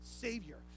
Savior